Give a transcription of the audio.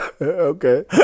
Okay